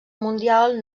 mundial